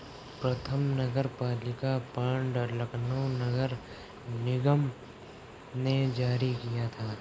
प्रथम नगरपालिका बॉन्ड लखनऊ नगर निगम ने जारी किया था